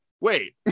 wait